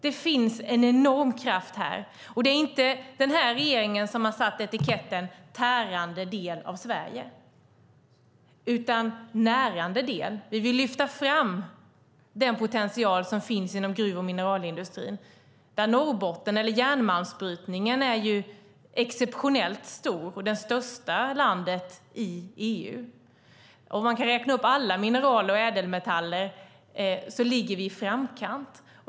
Det finns en enorm kraft här. Det är inte den här regeringen som har satt etiketten tärande del av Sverige. Vi säger att det är en närande del, och vi vill lyfta fram den potential som finns inom gruv och mineralindustrin. I Norrbotten är ju järnmalmsbrytningen exceptionellt stor, och det är den största i EU. Om man räknar alla mineraler och ädelmetaller ligger vi i framkant.